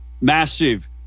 massive